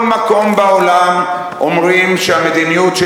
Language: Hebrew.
בכל מקום בעולם אומרים שהמדיניות של